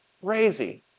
crazy